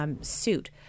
suit